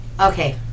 Okay